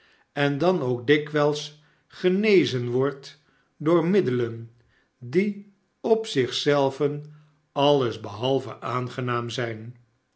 en dan k dikwijls genezen wordt door middelen die op zich zelven alles behalve aangenaam zijn